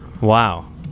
Wow